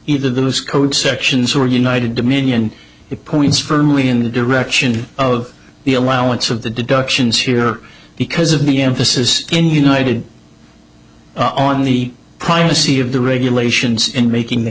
either of those code sections or united dominion it points firmly in the direction of the allowance of the deductions here because of the emphasis in united on the primacy of the regulations in making th